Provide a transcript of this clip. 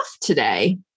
today